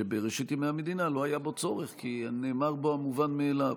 שבראשית ימי המדינה לא היה בו צורך כי נאמר בו המובן מאליו,